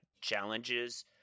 challenges